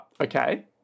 Okay